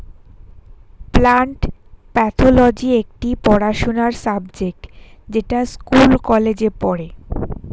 plant pathology একটি পড়াশোনার subject যেটা স্কুল কলেজে পড়ে